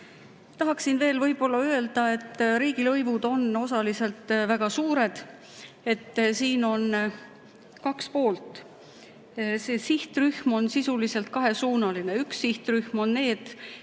Tahaksin veel öelda, et riigilõivud on osaliselt väga suured. Siin on kaks poolt. [Seaduse] sihtrühm on sisuliselt kahesuunaline. Üks sihtrühm on need, kes